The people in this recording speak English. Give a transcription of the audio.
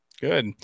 Good